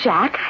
Jack